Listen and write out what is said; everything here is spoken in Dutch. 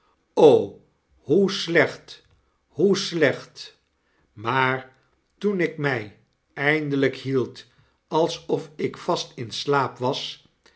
hoe slecht hoe slecht maar toen ik mijeindelijk hield alsof ik vast in slaap was